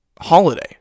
holiday